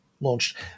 launched